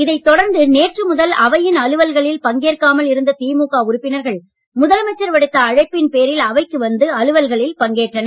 இதைத் தொடர்ந்து நேற்று முதல் அவையின் அலுவல்களில் பங்கேற்காமல் இருந்த திமுக உறுப்பினர்கள் முதலமைச்சர் விடுத்த அழைப்பின் பேரில் அவைக்கு வந்து அலுவல்களில் பங்கேற்றனர்